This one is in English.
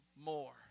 more